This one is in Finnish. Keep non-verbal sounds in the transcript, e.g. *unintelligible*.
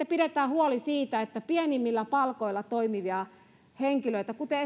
*unintelligible* pidetään huoli pienimmillä palkoilla toimivista henkilöistä kuten *unintelligible*